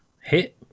hit